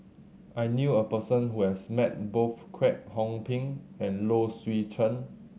I knew a person who has met both Kwek Hong Png and Low Swee Chen